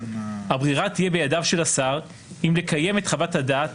הברירה תהיה בידיו של השר אם לקיים את חוות-הדעת